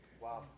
Wow